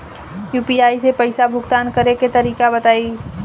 UPI से पईसा भुगतान करे के तरीका बताई?